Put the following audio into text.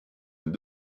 and